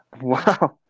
Wow